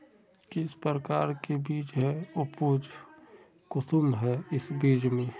किस प्रकार के बीज है उपज कुंसम है इस बीज में?